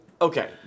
okay